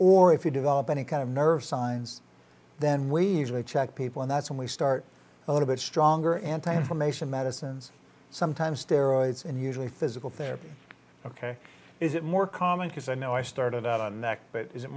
or if you develop any kind of nerve signs then we usually check people and that's when we start a little bit stronger anti information medicines sometimes steroids and usually physical therapy ok is it more common because i know i started out on neck but is it